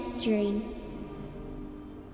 dream